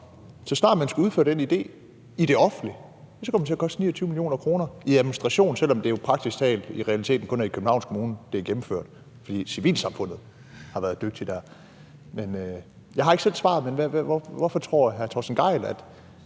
så snart man skal udføre den idé i det offentlige, kommer det til at koste 29 mio. kr. i administration, selv om det jo praktisk talt i realiteten kun er i Københavns Kommune, det er gennemført, fordi civilsamfundet har været dygtigt der. Jeg har ikke selv svaret, men hvorfor tror hr.